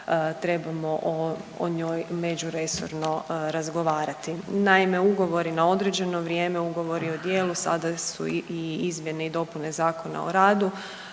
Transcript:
trebamo o njoj međuresorno razgovarati. Naime, ugovori na određeno vrijeme, ugovori o djelu sada su i izmjene i dopune Zakona o radu